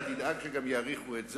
אתה גם תדאג שיאריכו את זה,